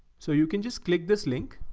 so you can just click this link